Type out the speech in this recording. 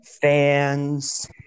fans